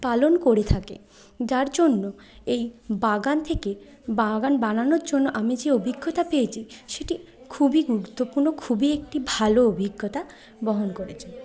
পালন করে থাকে যার জন্য এই বাগান থেকে বাগান বানানোর জন্য আমি যে অভিজ্ঞতা পেয়েছি সেটি খুবই গুরুত্বপূর্ণ খুবই একটি ভালো অভিজ্ঞতা বহন করেছে